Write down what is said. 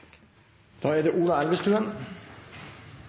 Da er det